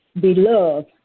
Beloved